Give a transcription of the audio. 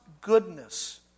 goodness